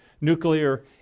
nuclear